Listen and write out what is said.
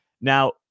Now